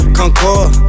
concord